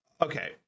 okay